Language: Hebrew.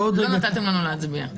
לא נתתם לנו להצביע.